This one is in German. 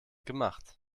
gemacht